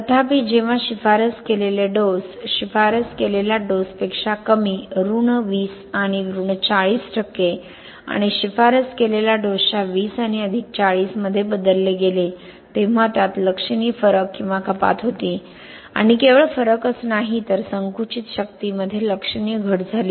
तथापि जेव्हा शिफारस केलेले डोस शिफारस केलेल्या डोसपेक्षा कमी ऋण 20 आणि ऋण 40 टक्के आणि शिफारस केलेल्या डोसच्या 20 आणि अधिक 40 मध्ये बदलले गेले तेव्हा त्यात लक्षणीय फरक किंवा कपात होती आणि केवळ फरकच नाही तर संकुचित शक्तीमध्ये लक्षणीय घट झाली